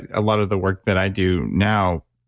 a lot of the work that i do now,